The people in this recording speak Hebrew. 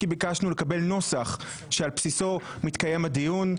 רק כי ביקשנו לקבל נוסח שעל בסיסו מתקיים הדיון.